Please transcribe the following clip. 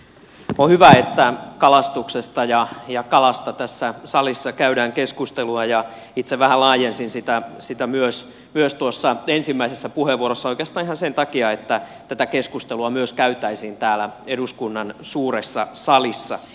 on hyvä että kalastuksesta ja kalasta tässä salissa käydään keskustelua ja itse vähän laajensin sitä myös tuossa ensimmäisessä puheenvuorossani oikeastaan ihan sen takia että tätä keskustelua myös käytäisiin täällä eduskunnan suuressa salissa